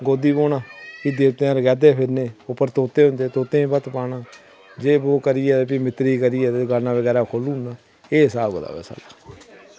गोदी बोह्ना फ्ही देवतै दे रकैदे फिरने उप्पर तोते होंदे तोतें भत्त पाना जे वो करियै ते फ्ही मित्तरी करियै ते गान्ना वगैरा खोल्लू ना एह् स्हाब कताब ऐ साढ़ा